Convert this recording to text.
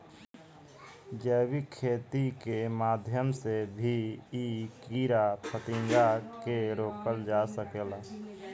जैविक खेती के माध्यम से भी इ कीड़ा फतिंगा के रोकल जा सकेला